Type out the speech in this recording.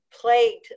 plagued